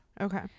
Okay